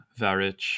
Varich